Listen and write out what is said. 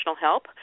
help